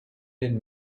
did